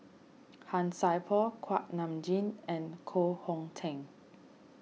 Han Sai Por Kuak Nam Jin and Koh Hong Teng